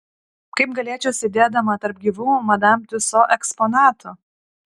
kaip galėčiau sėdėdama tarp gyvų madam tiuso eksponatų